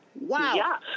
Wow